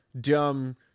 dumb